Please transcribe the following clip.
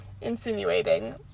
insinuating